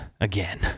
Again